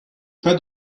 pas